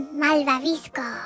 malvavisco